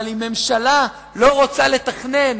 אבל אם הממשלה לא רוצה לתכנן,